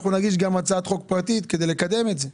גם נגיש הצעת חוק פרטית כדי לקדם את זה,